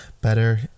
better